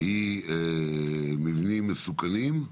שהיא מבנים מסוכנים,